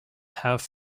have